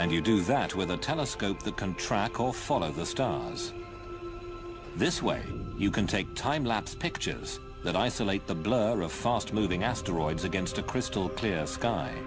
and you do that with a telescope that can track all follow the stars this way you can take time lapse pictures that isolate the blood of a fast moving asteroids against a crystal clear sky